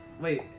wait